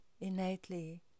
innately